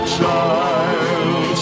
child